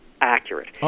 Accurate